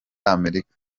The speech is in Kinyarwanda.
amerika